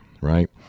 right